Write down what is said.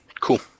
cool